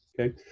Okay